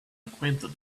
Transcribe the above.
acquainted